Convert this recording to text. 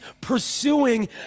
pursuing